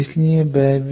इसलिए वह भी